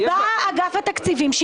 בא אגף התקציבים?